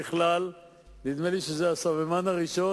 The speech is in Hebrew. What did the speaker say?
נדמה לי שזה הסממן הראשון,